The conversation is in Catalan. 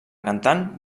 cantant